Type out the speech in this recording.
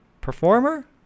performer